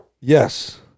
Yes